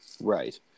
Right